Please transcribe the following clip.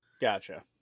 Gotcha